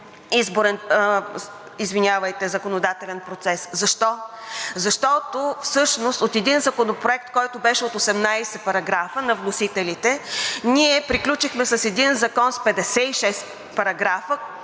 демократичен законодателен процес. Защо? Защото всъщност от един законопроект, който беше от 18 параграфа на вносителите, ние приключихме с един закон от 56 параграфа,